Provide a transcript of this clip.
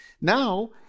Now